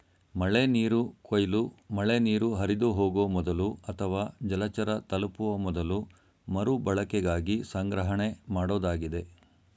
ಮಳೆನೀರು ಕೊಯ್ಲು ಮಳೆನೀರು ಹರಿದುಹೋಗೊ ಮೊದಲು ಅಥವಾ ಜಲಚರ ತಲುಪುವ ಮೊದಲು ಮರುಬಳಕೆಗಾಗಿ ಸಂಗ್ರಹಣೆಮಾಡೋದಾಗಿದೆ